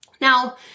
Now